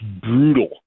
brutal